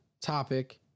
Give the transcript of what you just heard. topic